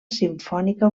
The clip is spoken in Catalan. simfònica